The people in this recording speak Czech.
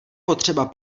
potřeba